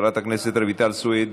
חברת הכנסת רויטל סויד,